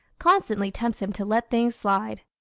constantly tempts him to let things slide.